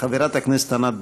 חברת הכנסת ענת ברקו.